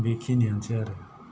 बेखिनियानोसै आरो